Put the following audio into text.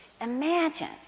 Imagine